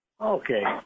Okay